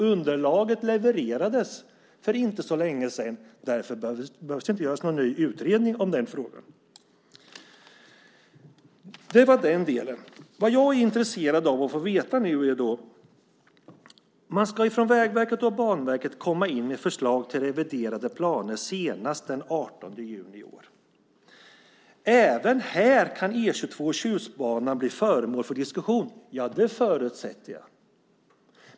Underlaget levererades för inte så länge sedan, och därför behövs det inte göras någon ny utredning om den frågan. Det var den delen. Vad jag nu är intresserad av att få veta är följande: Man ska från Vägverket och Banverket komma in med förslag till reviderade planer senast den 18 juni i år. Även här kan E 22 och Tjustbanan bli föremål för diskussion. Det förutsätter jag.